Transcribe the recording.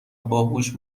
باهوش